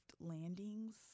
landings